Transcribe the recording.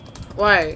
why